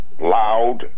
loud